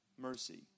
Mercy